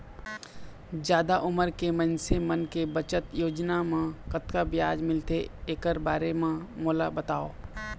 जादा उमर के मइनसे मन के बचत योजना म कतक ब्याज मिलथे एकर बारे म मोला बताव?